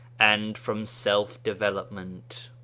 and from self-development.